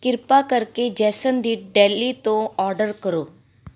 ਕਿਰਪਾ ਕਰਕੇ ਜੇਸਨ ਦੀ ਡੇਲੀ ਤੋਂ ਆਰਡਰ ਕਰੋ